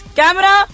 camera